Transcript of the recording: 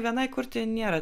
vienai kurti nėra